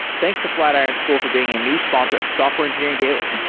thanks to flatiron school for being a new sponsor of software engineering daily.